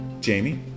Jamie